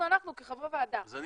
אנחנו כחברי ועדה, לא